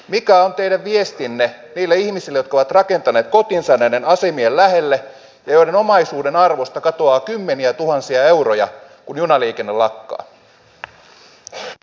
mikä on teidän viestinne niille ihmisille jotka ovat rakentaneet kotinsa näiden asemien lähelle ja joiden omaisuuden arvosta katoaa kymmeniätuhansia euroja kun junaliikenne lakkaa